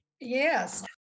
Yes